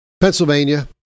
Pennsylvania